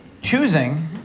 choosing